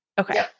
Okay